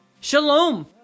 shalom